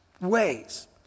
ways